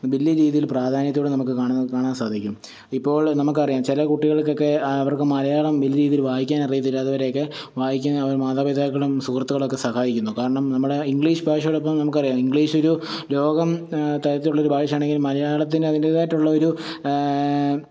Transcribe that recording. ബെല്യ രീതിയിൽ പ്രാധാന്യത്തോടെ നമുക്ക് കാണുവാൻ കാണാൻ സാധിക്കും ഇപ്പോൾ നമുക്ക് അറിയാം ചില കുട്ടികൾകൊക്കെ അവർക്ക് മലയാളം വലിയ രീതിയിൽ വായിക്കാൻ അറിയത്തില്ല അതുപോലെയൊക്കെ വായിക്കുന്നെതിനെ അവർ മാതാപിതാക്കളും സുഹൃത്തുക്കളുമൊക്കെ സഹായിക്കുന്നു കാരണം നമ്മളെ ഇംഗ്ലീഷ് ഭാഷയോടൊപ്പം നമുക്ക് അറിയാം ഇംഗ്ലീഷ് ഒരു ലോകം ഇതായിട്ടുള്ള ഒരു ഭാഷയാണെങ്കിൽ മലയാളത്തിന് അതിൻ്റേതായിട്ടുള്ള ഒരു